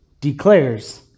declares